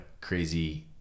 crazy